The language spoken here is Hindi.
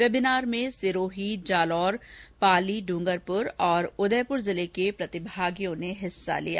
वेबीनार में सिरोही जालोर पाली डूंगरपुर उदयपुर जिले के प्रतिभागियों ने हिस्सा लिया